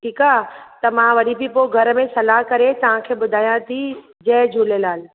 ठीकु आहे त मां वरी बि पोइ घरु में सलाह करे तव्हांखे ॿुधायां थी जय झूलेलाल